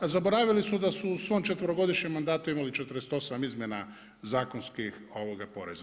Zaboravili su da su u svom četverogodišnjem mandatu imali 48 izmjena zakonskih poreza.